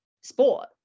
sport